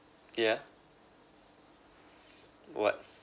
yeah what